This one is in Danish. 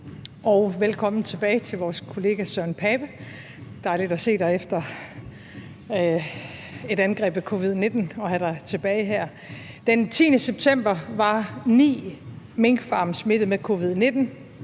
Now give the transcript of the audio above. velkommen tilbage til vores kollega Søren Pape Poulsen. Det er dejligt at se dig efter et angreb af covid-19 og at have dig tilbage her. Den 10. september var 9 minkfarme smittet med covid-19,